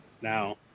Now